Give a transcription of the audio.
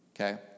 okay